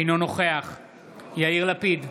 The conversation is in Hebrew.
אינו נוכח יאיר לפיד,